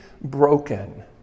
broken